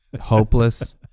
hopeless